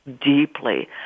deeply